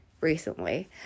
recently